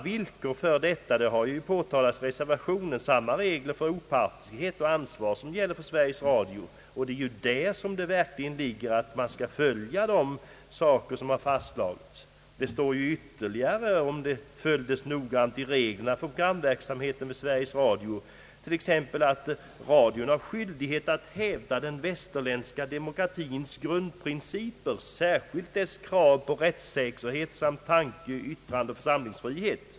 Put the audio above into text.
Däremot har det påtalats i reservationen att samma villkor gäller för denna reklamverksamhet som för Övriga program beträffande opartiskhet och ansvar. Det gäller ju att verkligen följa dessa fastställda regler. Om programverksamheten står det i dessa bestämmelser t.ex. att radion har skyldighet att hävda den västerländska demokratins grundprinciper, särskilt dess krav på rättssäkerhet samt tanke-, yttrandeoch samlingsfrihet.